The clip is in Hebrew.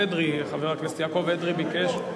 חבר הכנסת יעקב אדרי ביקש,